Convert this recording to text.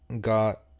got